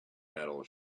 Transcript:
metal